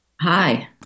Hi